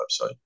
website